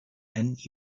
and